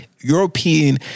European